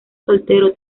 soltero